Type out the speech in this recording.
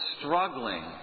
struggling